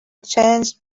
changed